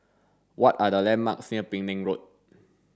what are the landmarks near Penang Road